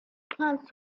plans